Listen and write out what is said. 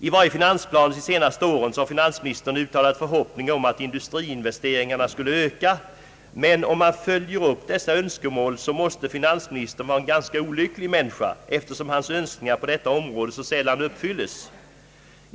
I varje finansplan de senaste åren har finansministern uttalat förhoppningar om att industriinvesteringarna skulle öka, men om man följer upp dessa önskemål så måste finansministern vara en ganska olycklig människa, eftersom hans önskningar på detta område så sällan uppfylles.